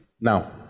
Now